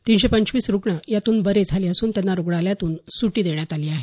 तिनशे पंचवीस रुग्ण यातून बरे झाले असून त्यांना रुग्णालयातून सुटी देण्यात आली आहे